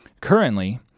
Currently